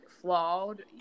flawed